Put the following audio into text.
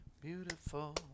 beautiful